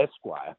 Esquire